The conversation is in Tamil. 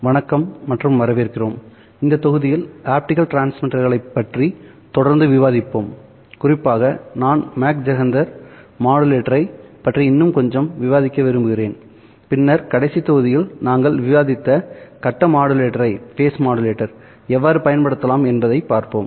வணக்கம் மற்றும் வரவேற்கிறோம் இந்த தொகுதியில் ஆப்டிகல் டிரான்ஸ்மிட்டர்களைப் பற்றி தொடர்ந்து விவாதிப்போம் குறிப்பாக நான் மாக் ஜெஹெண்டர் மாடுலேட்டரை பற்றி இன்னும் கொஞ்சம் விவாதிக்க விரும்புகிறேன் பின்னர் கடைசி தொகுதியில் நாங்கள் விவாதித்த கட்ட மாடுலேட்டரை எவ்வாறு பயன்படுத்தலாம் என்பதைப் பார்ப்போம்